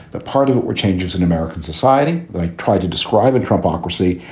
but part of it were changes in american society, like tried to describe and trump ocracy.